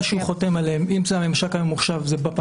שהוקמה כדי לקיים את הממשק עם כול הממונים הרלוונטיים.